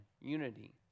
unity